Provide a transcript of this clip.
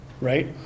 right